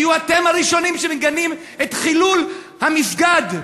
תהיו אתם הראשונים שמגנים את חילול המסגד.